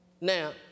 now